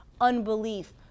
unbelief